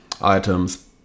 items